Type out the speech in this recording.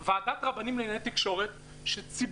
קיימת ועדת רבנים לענייני תקשורת שציבור